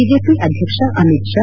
BJP ಅಧ್ಯಕ್ಷ ಅಮಿತ್ ಶಾ